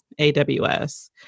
AWS